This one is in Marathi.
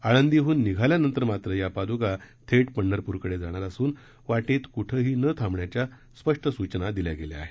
आळंदीहन निघाल्यानंतर मात्र या पादका थेट पंढरपूरकडे जाणार असून वाटेत क्ठंही न थांबण्याच्या स्पष्ट सूचना दिल्या गेल्या आहेत